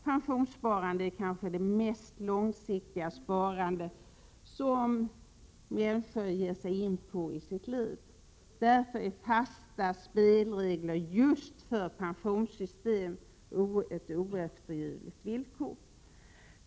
Pensionssparande är kanske det mest långsiktiga sparande en människa ger sig in på i sitt liv. Därför är fasta spelregler just för pensionssystem ett oeftergivligt villkor.